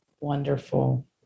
Wonderful